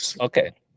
Okay